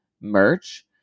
merch